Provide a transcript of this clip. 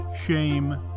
shame